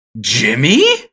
Jimmy